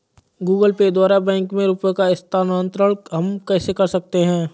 Google Pay द्वारा bank में रुपयों का स्थानांतरण हम कैसे कर सकते हैं?